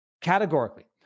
categorically